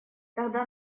тогда